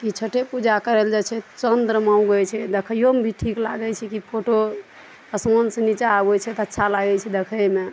की छठे पूजा करय लए जाइ छै चन्द्रमा उगय छै देखइएयोमे भी ठीक लागय छै की फोटो असमानसँ नीचा आबय छै तऽ अच्छा लागय छै देखयमे